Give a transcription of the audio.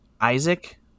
Isaac